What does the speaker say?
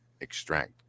extract